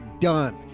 done